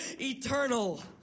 eternal